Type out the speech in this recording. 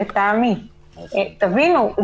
תבינו,